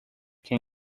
can